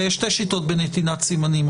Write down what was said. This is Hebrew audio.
יש שתי שיטות בנתינת סימנים.